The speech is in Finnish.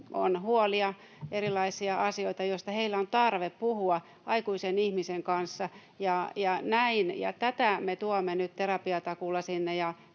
on huolia, erilaisia asioita, joista heillä on tarve puhua aikuisen ihmisen kanssa. Tätä me tuomme nyt terapiatakuulla sinne,